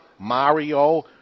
Mario